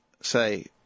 say